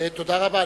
תודה רבה.